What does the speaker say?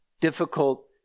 Difficult